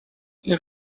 این